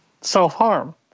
self-harm